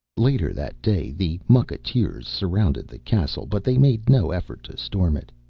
later that day the mucketeers surrounded the castle but they made no effort to storm it.